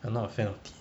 I'm not a fan of tea